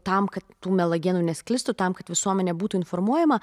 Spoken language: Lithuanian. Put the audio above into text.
tam kad tų melagienų nesklistų tam kad visuomenė būtų informuojama